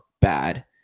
bad